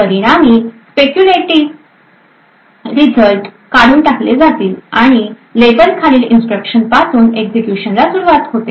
परिणामी speculated result काढून टाकले जातात आणि लेबल खालील इन्स्ट्रक्शन पासून एक्झिक्युशन ला सुरवात होते